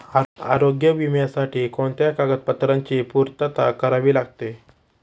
आरोग्य विम्यासाठी कोणत्या कागदपत्रांची पूर्तता करावी लागते?